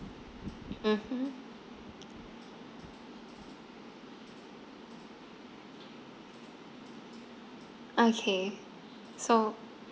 mmhmm okay so